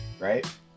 right